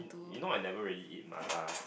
you know I never really eat mala